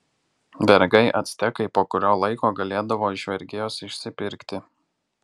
vergai actekai po kurio laiko galėdavo iš vergijos išsipirkti